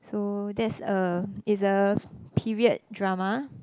so that's a it's a period drama